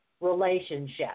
relationship